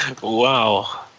Wow